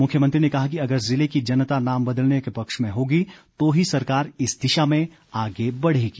मुख्यमंत्री ने कहा कि अगर ज़िले की जनता नाम बदलने के पक्ष में होगी तो ही सरकार इस दिशा में आगे बढ़ेगी